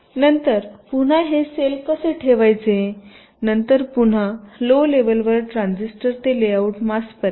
नंतर पुन्हा हे सेल कसे ठेवायचे नंतर पुन्हा लो लेवलवर ट्रांझिस्टर ते लेआउट मास्कपर्यंत